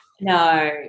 No